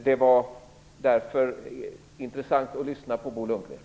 Det var därför intressant att lyssna på Bo Lundgren.